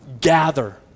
gather